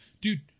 dude